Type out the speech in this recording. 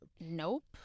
Nope